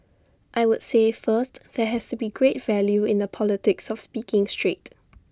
I would say first there has to be great value in the politics of speaking straight